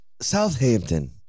Southampton